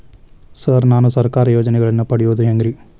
Sir ನಾನು ಸರ್ಕಾರ ಯೋಜೆನೆಗಳನ್ನು ಪಡೆಯುವುದು ಹೆಂಗ್ರಿ?